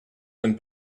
den